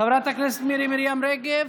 חברת הכנסת אימאן ח'טיב.